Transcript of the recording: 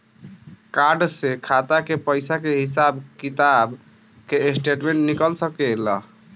Card से खाता के पइसा के हिसाब किताब के स्टेटमेंट निकल सकेलऽ?